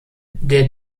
der